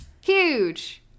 Huge